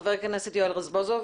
חבר הכנסת יואל רזבוזוב.